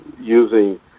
using